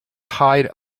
tied